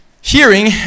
hearing